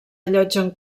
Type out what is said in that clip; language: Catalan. allotgen